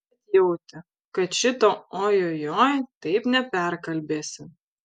bet jautė kad šito ojojoi taip neperkalbėsi